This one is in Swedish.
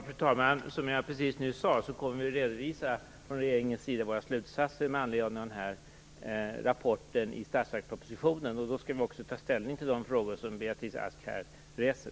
Fru talman! Som jag precis sade kommer vi från regeringens sida att presentera våra slutsatser med anledning av rapporten i statsverkspropositionen, och då skall vi också ta ställning till de frågor som Beatrice Ask här reser.